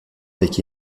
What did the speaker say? avec